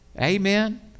amen